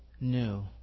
new